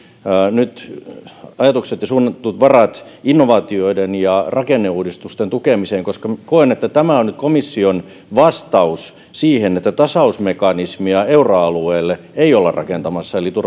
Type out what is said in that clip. nyt ajatukset ja suunnitellut varat innovaatioiden ja rakenneuudistusten tukemiseen koska minä koen että tämä on nyt komission vastaus siihen että tasausmekanismia euroalueelle ei olla rakentamassa eli